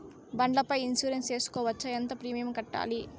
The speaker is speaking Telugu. బండ్ల పై ఇన్సూరెన్సు సేసుకోవచ్చా? ఎంత ప్రీమియం కట్టాలి?